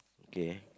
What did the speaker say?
K